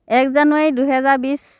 এক জানুৱাৰী দুই হাজাৰ বিশ